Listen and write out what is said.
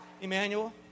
Emmanuel